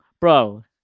Bro